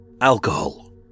Alcohol